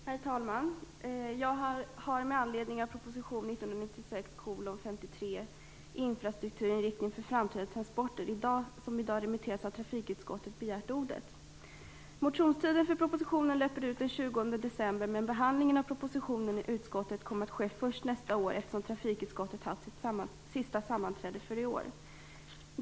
Herr talman! Jag har med anledning av proposition 1996/97:53 Infrastrukturinriktning för framtida transporter som i dag remitteras till trafikutskottet begärt ordet. december, men behandlingen i utskottet kommer att ske först nästa år eftersom trafikutskottet har haft sitt sista sammanträde för i år.